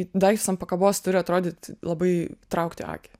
daiktas ant pakabos turi atrodyti labai traukti akį